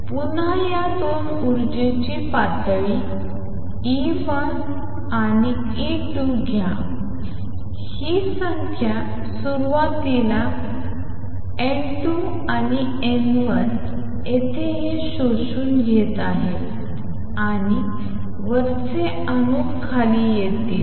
तर पुन्हा या 2 ऊर्जेची पातळी E2 आणि E1 घ्या ही संख्या सुरुवातीला येथे N1 आणि N2 येथे हे शोषून घेत आहेत आणि वरचे अणू खाली येत आहेत